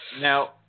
now